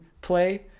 play